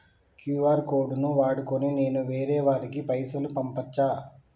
QR code ను వాడుకొని నేను వేరే వారికి పైసలు పంపచ్చా?